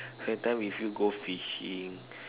spend time with you go fishing